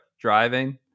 driving